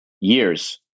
years